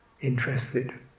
interested